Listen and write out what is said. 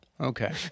Okay